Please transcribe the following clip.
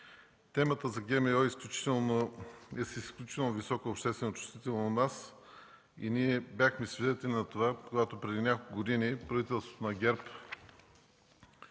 Темата за ГМО е с изключително висока обществена чувствителност у нас и ние бяхме свидетели на това, когато преди няколко години правителството на ГЕРБ